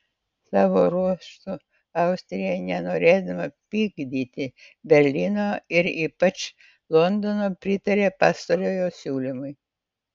savo ruožtu austrija nenorėdama pykdyti berlyno ir ypač londono pritarė pastarojo siūlymui